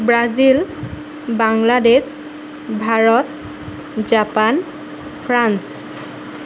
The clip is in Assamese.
Brazil Bangladesh Bharat Japan France